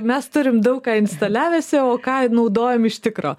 mes turime daug ką instaliavęs o ką naudojam iš tikro